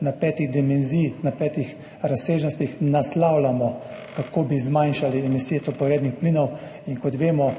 zelo obsežen. V petih razsežnostih naslavljamo, kako bi zmanjšali emisije toplogrednih plinov. Kot vemo,